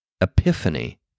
epiphany